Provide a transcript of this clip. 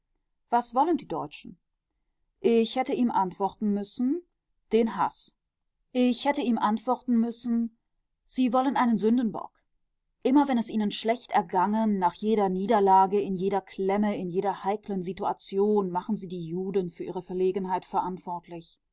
was wollen die deutschen ich hätte ihm antworten müssen den haß ich hätte ihm antworten müssen sie wollen einen sündenbock immer wenn es ihnen schlecht ergangen nach jeder niederlage in jeder klemme in jeder heiklen situation machen sie die juden für ihre verlegenheit verantwortlich